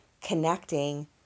connecting